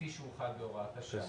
כפי שהוא חל בהוראת השעה.